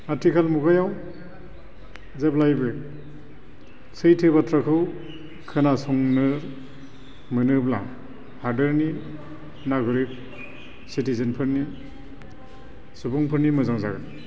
आथिखाल मुगायाव जेब्लाबो सैथो बाथ्राखौ खोनासंनो मोनोब्ला हादोरनि नाग'रिग सिटिजेनफोरनि सुबुंफोरनि मोजां जागोन